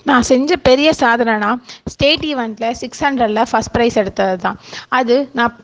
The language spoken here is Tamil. நான் செஞ்ச பெரிய சாதனைனா ஸ்டேட் ஈவெண்ட்டில் சிக்ஸ் ஹண்ரடில் ஃபர்ஸ்ட் ப்ரைஸ் எடுத்ததுதான் அது நான்